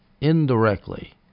indirectly